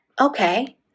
Okay